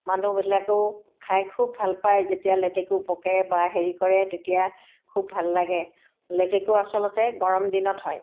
মানুহবিলাকেও খাই খুব ভাল পায় যেতিয়া লেটেকু পকে বা হেৰি কৰে তেতিয়া খুব ভাল লাগে লেটেকু আচলতে গৰম দিনত হয়